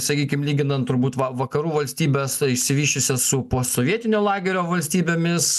sakykim lyginant turbūt va vakarų valstybes išsivysčiusias su posovietinio lagerio valstybėmis